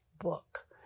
book